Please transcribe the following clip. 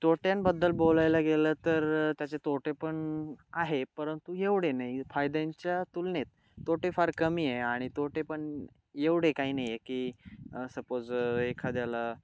तोट्यांबद्दल बोलायला गेलं तर त्याचे तोटे पण आहे परंतु एवढे नाही फायद्यांच्या तुलनेत तोटे फार कमी आहे आणि तोटे पण एवढे काही नाही आहे की सपोज एखाद्याला